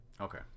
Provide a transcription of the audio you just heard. Okay